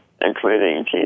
including